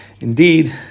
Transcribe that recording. indeed